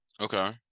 okay